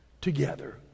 together